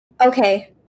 Okay